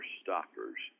stoppers